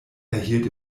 erhielt